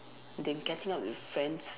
then getting out with friends